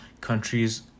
countries